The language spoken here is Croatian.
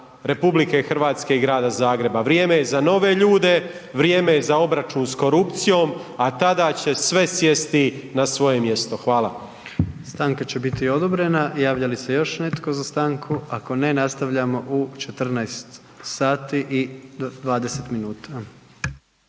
svih građana RH i Grada Zagreba. Vrijeme je za nove ljude, vrijeme je za obračun s korupcijom, a tada će sve sjesti na svoje mjesto. Hvala. **Jandroković, Gordan (HDZ)** Stanka će biti odobrena. Javlja li se još netko za stanku? Ako ne nastavljamo u 14 sati i 20 minuta.